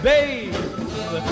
Babe